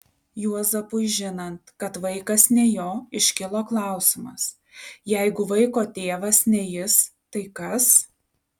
juozapui žinant kad vaikas ne jo iškilo klausimas jeigu vaiko tėvas ne jis tai kas